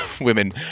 women